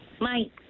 Mike